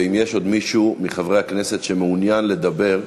ואם יש עוד מישהו מחברי הכנסת שמעוניין לדבר,